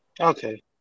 Okay